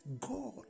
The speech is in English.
God